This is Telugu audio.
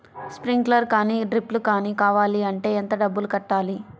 స్ప్రింక్లర్ కానీ డ్రిప్లు కాని కావాలి అంటే ఎంత డబ్బులు కట్టాలి?